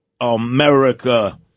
America